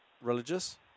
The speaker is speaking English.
Religious